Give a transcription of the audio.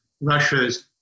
Russia's